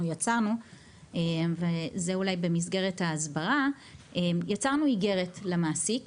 יצרנו ואת זה אולי אשייך למסגרת ההסברה יצרנו איגרת למעסיק